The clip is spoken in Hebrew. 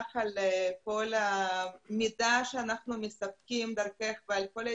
תודה רבה על כל המידע שאנחנו מקבלים דרכך אודות